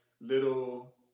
little